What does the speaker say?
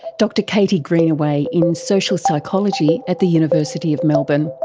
dr katie greenaway in social psychology at the university of melbourne.